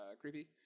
creepy